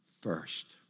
first